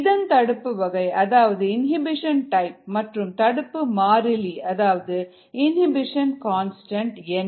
இதன் தடுப்பு வகை அதாவது இனிபிஷன் டைப் மற்றும் தடுப்பு மாறிலி அதாவது இனிபிஷன் கான்ஸ்டன்ட் என்ன